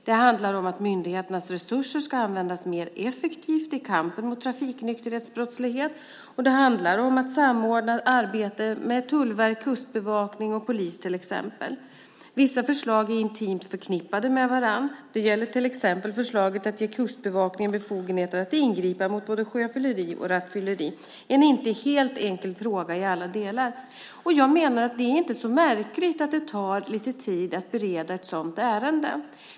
Det handlar om att myndigheternas resurser ska användas effektivare i kampen mot trafiknykterhetsbrottslighet, och det handlar om att samordna arbetet med Tullverket, Kustbevakningen och polisen. Vissa förslag är intimt förknippade med varandra. Det gäller till exempel förslaget att ge Kustbevakningen befogenheter att ingripa mot både sjöfylleri och rattfylleri. Detta är en fråga som inte är helt enkel i alla dess delar. Jag menar att det inte är särskilt märkligt att det tar lite tid att bereda ett sådant ärende.